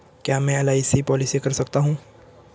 क्या मैं LIC policy कर सकता हूं?